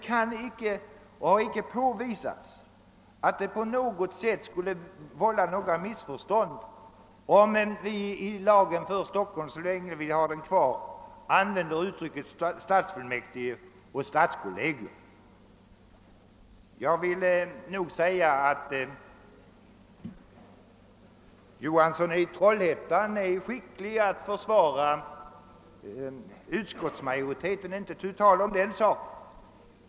Men det har inte påvisats att det på något sätt skulle vålla missförstånd om vi i lagen för Stockholm — så länge vi nu har denna kvar — använder uttrycken stadsfullmäktige och stadskollegium. Det är inte tu tal om annat än att herr Johansson i Trollhättan är skicklig då det gäller att försvara utskottsmajoritetens uppfattning.